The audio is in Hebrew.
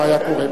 מה היה קורה?